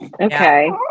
Okay